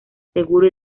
seguro